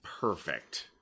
perfect